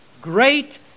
great